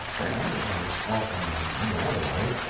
and, as often as any other way,